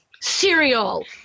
cereal